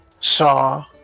saw